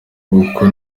uko